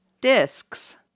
discs